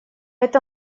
это